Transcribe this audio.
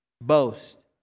boast